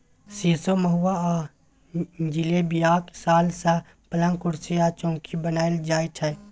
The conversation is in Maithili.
सीशो, महुआ आ जिलेबियाक साल सँ पलंग, कुरसी आ चौकी बनाएल जाइ छै